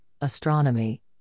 astronomy